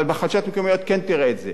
אבל בחדשות המקומיות כן תראה את זה.